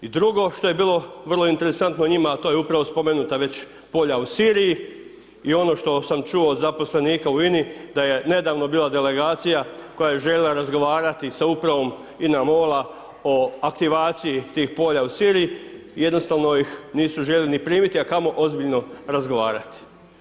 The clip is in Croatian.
I drugo što je bilo vrlo interesantno njima, a to je upravo spomenuta već polja u Siriji i ono što sam čuo od zaposlenika u INA-i, da je nedavno bila delegacija koja je željela razgovarati sa Upravom INA-MOL-a o aktivaciji tih polja u Siriji, i jednostavno ih nisu željeli ni primiti, a kamo ozbiljno razgovarati.